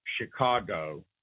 Chicago